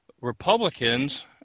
Republicans